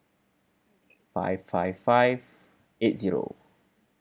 five five five eight zero